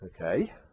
Okay